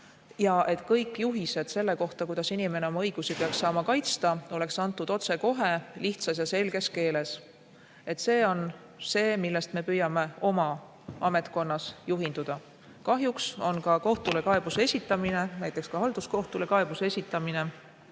ja et kõik juhised selle kohta, kuidas inimene oma õigusi peaks saama kaitsta, peavad olema antud otsekohe lihtsas ja selges keeles. See on see, millest me püüame oma ametkonnas juhinduda. Kahjuks on kohtule kaebuse esitamine, näiteks ka halduskohtule kaebuse esitamine,